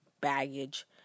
baggage